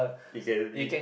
you can see